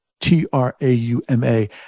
T-R-A-U-M-A